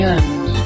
end